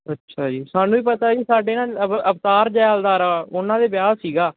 ਅੱਛਾ ਜੀ ਸਾਨੂੰ ਵੀ ਪਤਾ ਜੀ ਸਾਡੇ ਨਾਲ ਅਵ ਅਵਤਾਰ ਜੈਲਦਾਰ ਉਹਨਾਂ ਦੇ ਵਿਆਹ ਸੀਗਾ